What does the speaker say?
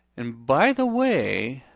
and by the way,